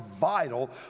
vital